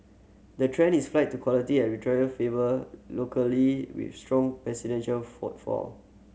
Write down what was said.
the trend is flight to quality as retailer favour with strong footfall